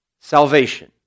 Salvation